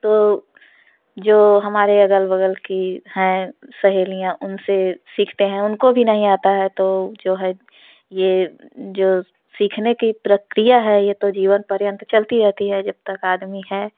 तो जो हमारे अगल बगल की हैं सहेलियां उनसे सीखते हैं उनको भी नहीं आता है तो जो है ये जो सीखने की प्रक्रिया है ये तो जीवन पर्यन्त चलती रहती है जब तक आदमी है